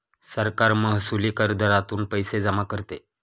सरकार महसुली दर करातून पैसे जमा करते